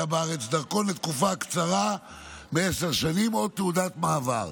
בארץ דרכון לתקופה הקצרה מעשר שנים או תעודת מעבר,